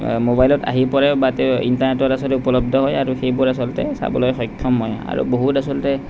মোবাইলত আহি পৰে বা তেওঁ ইণ্টাৰনেটত আচলতে উপলব্ধ হয় আৰু সেইবোৰ আচলতে চাবলৈ সক্ষম হয় আৰু বহুত আচলতে